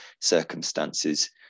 circumstances